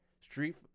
street